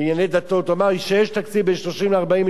הוא אמר לי שיש תקציב, בין 30 ל-40 מיליון שקלים.